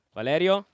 Valerio